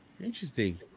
Interesting